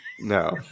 No